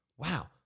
wow